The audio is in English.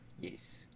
Yes